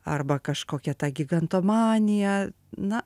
arba kažkokia ta gigantomanija na